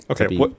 Okay